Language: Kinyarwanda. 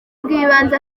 bw’ibanze